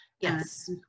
Yes